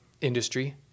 industry